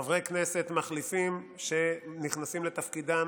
חברי כנסת מחליפים שנכנסים לתפקידם